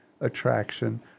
attraction